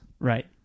Right